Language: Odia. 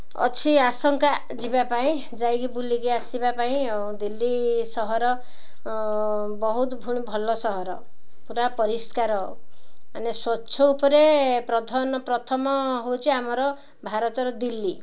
ଅଛି ଆଶଙ୍କା ଯିବା ପାଇଁ ଯାଇକି ବୁଲିକି ଆସିବା ପାଇଁ ଆଉ ଦିଲ୍ଲୀ ସହର ବହୁତ ପୁଣି ଭଲ ସହର ପୁରା ପରିଷ୍କାର ମାନେ ସ୍ୱଚ୍ଛ ଉପରେ ପ୍ରଥମ ପ୍ରଥମ ହେଉଛି ଆମର ଭାରତର ଦିଲ୍ଲୀ